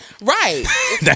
Right